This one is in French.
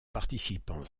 participant